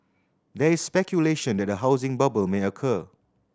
there is speculation that a housing bubble may occur